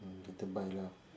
mm later buy lah